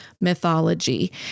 mythology